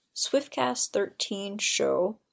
swiftcast13show